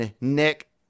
Nick